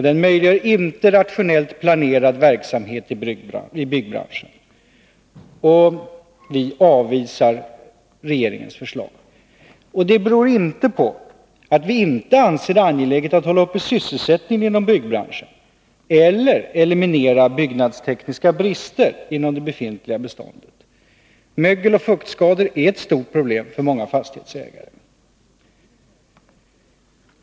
Den möjliggör inte en rationellt planerad verksamhet i byggbranschen, och vi avvisar regeringens förslag. Det beror inte på att vi inte anser det angeläget att hålla uppe sysselsättningen inom byggbranschen eller eliminera byggnadstekniska brister inom det befintliga bostadsbeståndet. Mögeloch fuktskador är ett stort problem för många fastighetsägare.